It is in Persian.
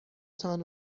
تان